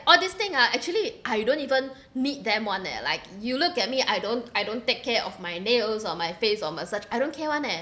all these thing ah actually I you don't even need them [one] leh like you look at me I don't I don't take care of my nails or my face or massage I don't care [one] leh